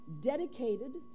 Dedicated